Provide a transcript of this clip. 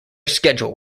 schedule